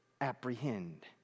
apprehend